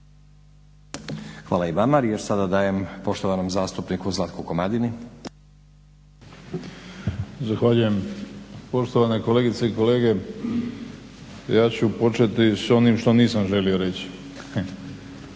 Hvala i vama. Riječ sada dajem poštovanom zastupniku Zlatku Komadini. **Komadina, Zlatko (SDP)** Zahvaljujem. Poštovane kolegice i kolege ja ću početi s onim što nisam želio reći,